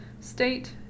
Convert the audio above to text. State